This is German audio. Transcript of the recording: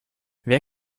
wer